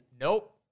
Nope